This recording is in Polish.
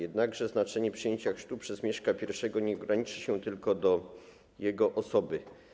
Jednakże znaczenie przyjęcia chrztu przez Mieszka I nie ogranicza się tylko do jego osoby.